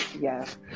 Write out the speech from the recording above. yes